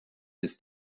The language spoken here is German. ist